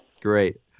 Great